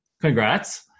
Congrats